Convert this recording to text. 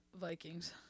Vikings